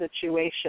situation